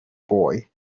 boy